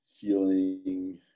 feeling